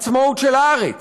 עצמאות של הארץ,